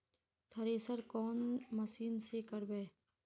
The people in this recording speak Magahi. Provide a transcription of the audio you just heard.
थरेसर कौन मशीन से करबे?